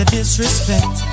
Disrespect